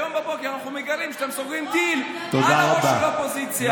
היום בבוקר אנחנו מגלים שאתם סוגרים דיל מעל הראש של האופוזיציה.